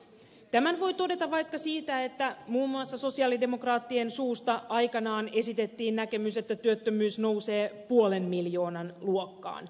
tämän voi todeta vaikka siitä että muun muassa sosialidemokraattien suusta aikanaan esitettiin näkemys että työttömyys nousee puolen miljoonan luokkaan